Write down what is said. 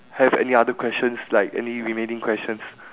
have any other questions like any remaining questions